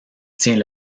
tient